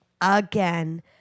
again